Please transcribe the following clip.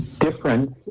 difference